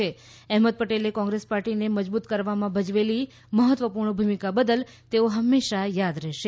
શ્રી મોદીએ કહ્યું કે અહેમદ પટેલે કોંગ્રેસ પાર્ટીને મજબુત કરવામાં ભજવેલી મહત્વપુર્ણ ભૂમિકા બદલ તેઓ હંમેશા યાદ રહેશે